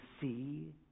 see